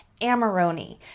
Amarone